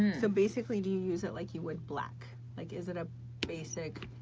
so basically, do you use it like you would black? like is it a basic,